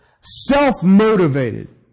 self-motivated